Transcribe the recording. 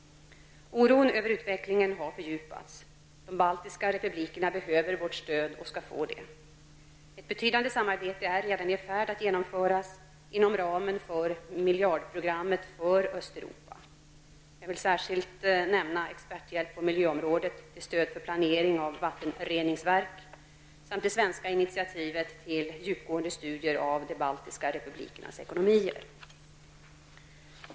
Oron över utvecklingen har fördjupats. De baltiska republikerna behöver vårt stöd och skall få det. Ett betydande samarbete är redan i färd att genomföras inom ramen för miljardprogrammet för Östeuropa. Jag vill särskilt nämna experthjälp på miljöområdet till stöd för planering av vattenreningsverk samt det svenska initiativet till djupgående studier av de baltiska republikernas ekonomier.